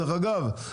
דרך אגב,